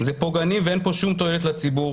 זה פוגעני ואין פה שום תועלת לציבור,